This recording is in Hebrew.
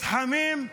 מתחמים,